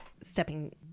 stepping